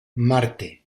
marte